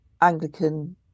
Anglican